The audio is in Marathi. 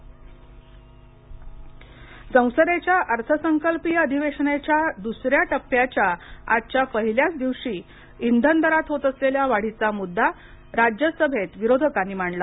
राज्यसभा संसदेच्या अर्थसंकल्पीय अधिवेशनाच्या दुसऱ्या टप्प्याच्या आजच्या पहिल्याच दिवशी इंधन दरात होत असलेल्या वाढीचा मुद्दा राज्यसभेत विरोधकांनी मांडला